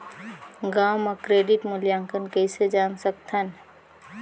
गांव म क्रेडिट मूल्यांकन कइसे जान सकथव?